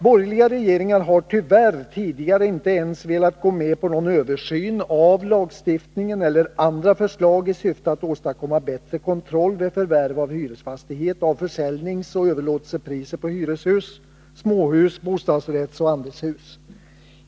Borgerliga regeringar har tyvärr tidigare inte ens velat gå med på översyn avlagstiftningen eller annat i syfte att åstadkomma bättre kontroll vid förvärv av hyresfastighet av försäljningsoch överlåtelsepriser på hyreshus, småhus och bostadsrättsoch andelshus.